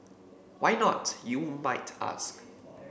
why not you might ask